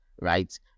right